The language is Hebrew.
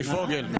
מפוגל.